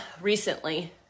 recently